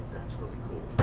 that's really cool.